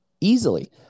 easily